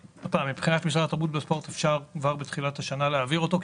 מבחינת משרד התרבות והספורט אפשר כבר בתחילת השנה להעביר אותו,